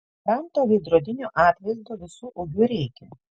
kam to veidrodinio atvaizdo visu ūgiu reikia